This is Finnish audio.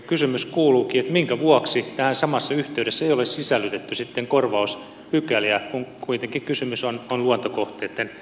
kysymys kuuluukin että minkä vuoksi samassa yhteydessä tähän ei ole sisällytetty sitten korvauspykäliä kun kuitenkin kysymys on luontokohteitten mahdollisesta suojelusta